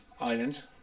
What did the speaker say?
Island